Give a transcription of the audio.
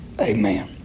amen